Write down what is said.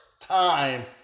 time